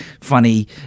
funny